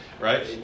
right